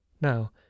now